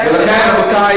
היושב-ראש,